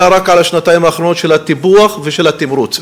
רק על השנתיים האחרונות של הטיפוח ושל התמרוץ,